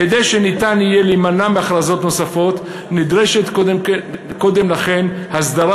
כדי שניתן יהיה להימנע מהכרזות נוספות נדרשת קודם לכן הסדרה